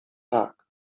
tak